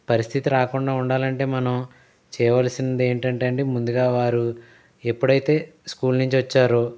పరిస్థితి రాకుండా ఉండాలంటే మనం చేయవలసింది ఏంటంటే అండి ముందుగా వారు ఎప్పుడైతే స్కూల్ నుంచి వచ్చారో